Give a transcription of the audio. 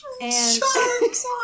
sharks